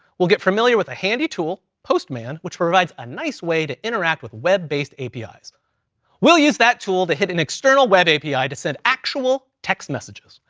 we'll get familiar with a handy tool, postman, which provides a nice way to interact with web-based apis. we'll use that tool to hit an external web api to send actual text messages,